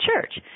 church